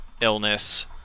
illness